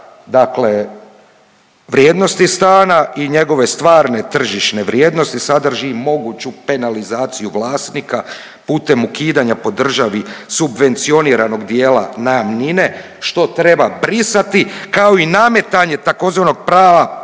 dakle vrijednosti stana i njegove stvarne tržišne vrijednosti sadrži i moguću penalizaciju vlasnika putem ukidanja po državi subvencioniranog dijela najamnine, što treba brisati kao i nametanje tzv. prava